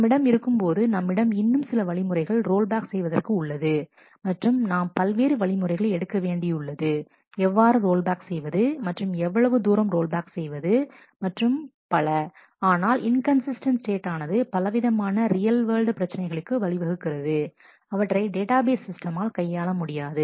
நம்மிடம் இருக்கும் போது நம்மிடம் இன்னும் சில வழிமுறைகள் ரோல் பேக் செய்வதற்கு உள்ளது மற்றும் நாம் பல்வேறு வழிமுறைகளை எடுக்க வேண்டியுள்ளது எவ்வாறு ரோல்பேக் செய்வது மற்றும் எவ்வளவு தூரம் ரோல்பேக் செய்வது மற்றும் பல ஆனால் இன்கன்சிஸ்டன்ட் ஸ்டேட் ஆனது பலவிதமான ரியல் வேர்ல்ட் பிரச்சினைகளுக்கு வழி வகுக்கிறது அவற்றை டேட்டாபேஸ் சிஸ்டமால் கையாள முடியாது